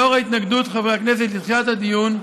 לאור ההתנגדות של חברי הכנסת לדחיית הדיון,